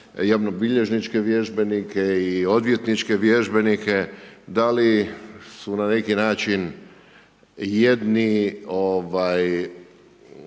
javno bilježničke vježbenike i odvjetničke vježbenike, da li su na neki način jedni